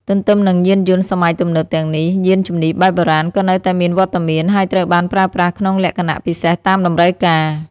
ទន្ទឹមនឹងយានយន្តសម័យទំនើបទាំងនេះ យានជំនិះបែបបុរាណក៏នៅតែមានវត្តមាន ហើយត្រូវបានប្រើប្រាស់ក្នុងលក្ខណៈពិសេសតាមតម្រូវការ។